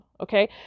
okay